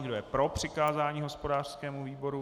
Kdo je pro přikázání hospodářskému výboru?